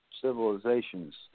civilizations